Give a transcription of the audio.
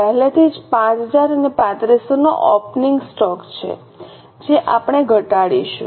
પહેલેથી જ 5000 અને 3500 નો ઓપનિંગ સ્ટોક છે જે આપણે ઘટાડીશું